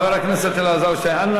חבר הכנסת אלעזר שטרן,